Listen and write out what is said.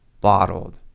bottled